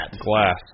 Glass